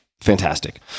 Fantastic